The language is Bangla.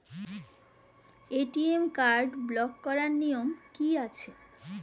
এ.টি.এম কার্ড ব্লক করার নিয়ম কি আছে?